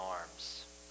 arms